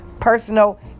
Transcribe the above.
personal